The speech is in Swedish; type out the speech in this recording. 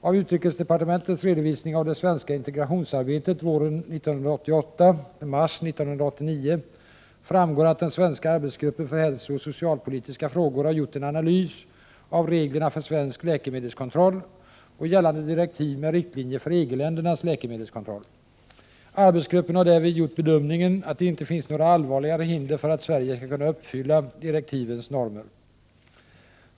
Av utrikesdepartementets redovisning av det svenska integrationsarbetet våren 1988—mars 1989 framgår att den svenska arbetsgruppen för hälsooch socialpolitiska frågor har gjort en analys av reglerna för svensk läkemedelskontroll och gällande direktiv med riktlinjer för EG-ländernas läkemedelskontroll. Arbetsgruppen har därvid gjort bedömningen att det inte finns några allvarligare hinder för att Sverige skall kunna uppfylla direktivens normer.